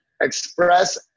express